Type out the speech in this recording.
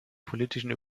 politischen